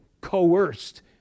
coerced